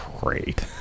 great